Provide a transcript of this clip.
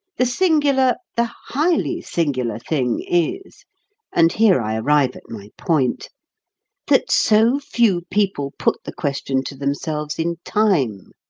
the singular, the highly singular thing is and here i arrive at my point that so few people put the question to themselves in time,